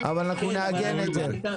אבל אנחנו נעגן את זה.